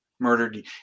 Murdered